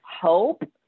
hope